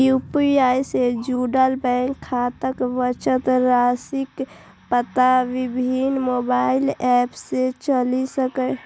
UPI सं जुड़ल bank खाताक बचत राशिक पता विभिन्न मोबाइल एप सं चलि सकैए